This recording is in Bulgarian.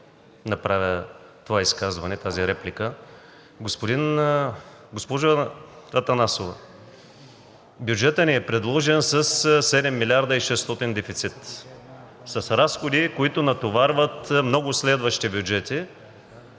иска да направя тази реплика. Госпожо Атанасова, бюджетът ни е предложен със 7 милиарда и 600 хиляди дефицит, с разходи, които натоварват много следващи бюджети.